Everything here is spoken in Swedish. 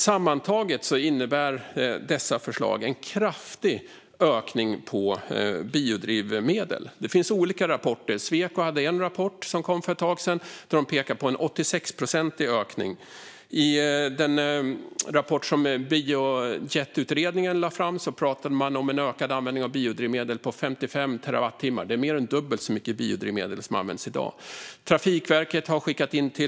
Sammantaget innebär dessa förslag en kraftig ökning av biodrivmedel. Det finns olika rapporter. Sweco kom med en rapport för ett tag sedan, där de pekade på en 86-procentig ökning. I den rapport som Biojetutredningen lade fram pratade man om en ökning av användningen av biodrivmedel med 55 terawattimmar; det är mer än dubbelt så mycket jämfört med mängden biodrivmedel som används i dag.